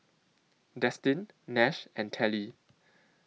Destin Nash and Telly